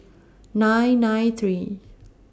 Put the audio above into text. nine nine three